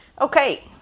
Okay